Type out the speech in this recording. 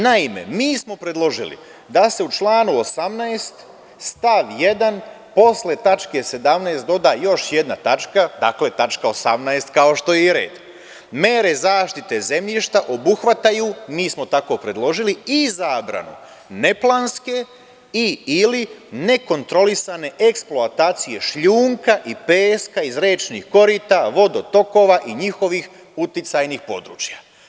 Naime, mi smo predložili da se u članu 18. stav 1. posle tačke 17) doda još jedna tačka, dakle tačka 18) kao što je i red, mere zaštite zemljišta obuhvataju, mi smo tako predložili i zabranu, neplanske i ili nekontrolisane eksploatacije šljunka i peska iz rečnih korita, vodotokova i njihovih uticajnih područja.